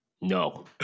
No